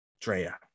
Drea